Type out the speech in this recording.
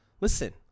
Listen